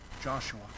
Joshua